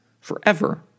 forever